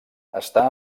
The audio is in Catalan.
està